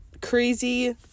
crazy